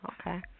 Okay